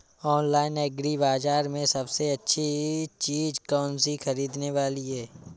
Online agri बाजार में सबसे अच्छी चीज कौन सी ख़रीदने वाली है?